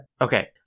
okay